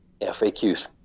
FAQs